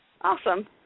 awesome